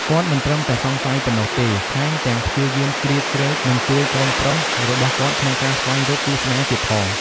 គាត់មិនត្រឹមតែសង្ស័យប៉ុណ្ណោះទេ ថែមទាំងព្យាយាមជ្រៀតជ្រែក និងជួយកូនប្រុសរបស់គាត់ក្នុងការស្វែងរកគូស្នេហ៍ទៀតផង។